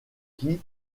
qui